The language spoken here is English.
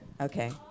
Okay